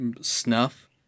snuff